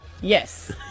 Yes